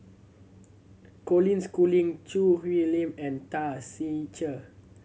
Colin Schooling Choo Hwee Lim and Tan Ser Cher